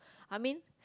I mean